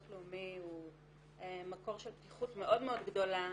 הלאומי הוא מקור של פתיחות מאוד מאוד גדולה